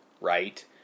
right